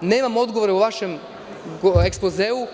nemam odgovore u vašem ekspozeu.